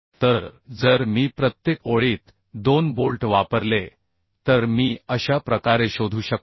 तर जर मी प्रत्येक ओळीत 2 बोल्ट वापरले तर मी अशा प्रकारे शोधू शकतो